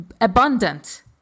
abundant